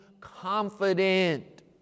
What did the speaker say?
confident